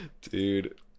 dude